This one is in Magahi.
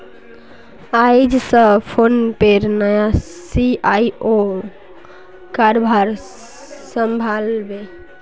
आइज स फोनपेर नया सी.ई.ओ कारभार संभला बे